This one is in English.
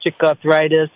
arthritis